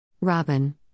Robin